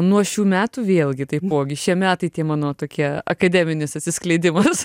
nuo šių metų vėlgi taipogi šie metai tie mano tokie akademinis atsiskleidimas